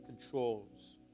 controls